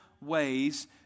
ways